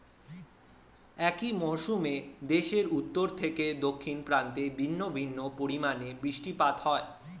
একই মরশুমে দেশের উত্তর থেকে দক্ষিণ প্রান্তে ভিন্ন ভিন্ন পরিমাণে বৃষ্টিপাত হয়